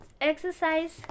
exercise